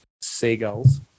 Seagulls